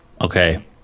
Okay